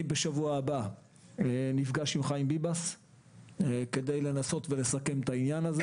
בשבוע הבא אפגש עם חיים ביבס כדי לנסות לסכם את העניין הזה.